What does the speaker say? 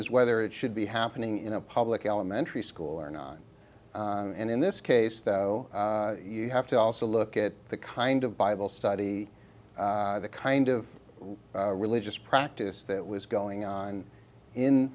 is whether it should be happening in a public elementary school or not and in this case though you have to also look at the kind of bible study the kind of religious practice that was going on in